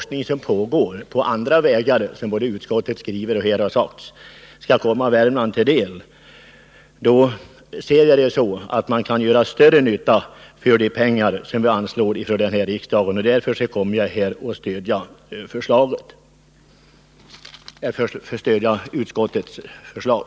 Jag hoppas samtidigt att forskning vilken, såsom utskottet skriver och här har sagts, pågår på andra håll också skall komma Värmland till del. Jag ser det mot denna bakgrund så att man kan få ut större nytta för de pengar som riksdagen beviljar än genom anslag till regionala forskningsråd. Därför kommer jag att stödja utskottets förslag.